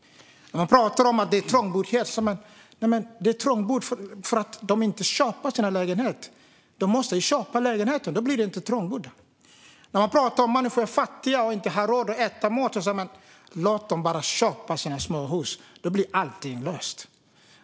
När man pratar om att det är trångboddhet säger Liberalerna: Det är trångbott för att de inte köper sina lägenheter. De måste köpa lägenheterna; då blir det inte trångbott. När man pratar om att människor är fattiga och inte har råd att köpa mat säger Liberalerna: Låt dem bara köpa sina småhus - då blir allting löst.